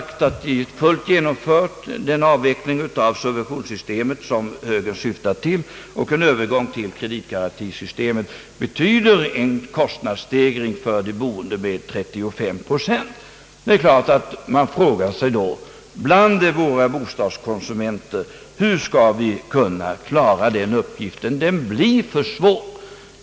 Genomför man helt den avveckling av subventionssystemet, som högern syftar till, och i stället inför kreditgarantisystemet så betyder det, har jag sagt, en kostnadsstegring för de boende med 35 procent. Det är klart att våra bo stadskonsumenter frågar sig: hur skall vi kunna klara den stegringen? Den blir för stor.